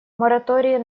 моратории